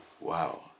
wow